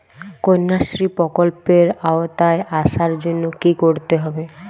কন্যাশ্রী প্রকল্পের আওতায় আসার জন্য কী করতে হবে?